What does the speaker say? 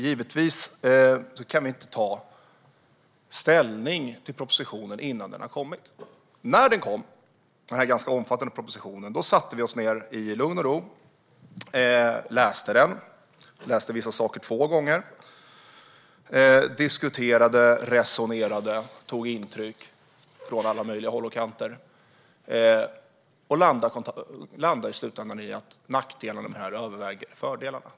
Givetvis kunde vi inte ta ställning till propositionen innan den hade kommit. När den ganska omfattande propositionen kom satte vi oss ned i lugn och ro, läste den och läste vissa saker två gånger, vi diskuterade, resonerade och tog intryck från alla möjliga håll och kanter, och vi landade i slutändan i att nackdelarna med den överväger fördelarna.